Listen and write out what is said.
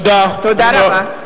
תודה רבה.